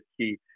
key